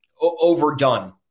overdone